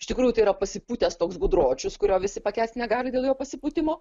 iš tikrųjų tai yra pasipūtęs toks gudročius kurio visi pakęst negali dėl jo pasipūtimo